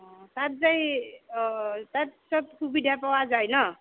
অ' তাত যে অ' তাত সব সুবিধা পাৱা যায় ন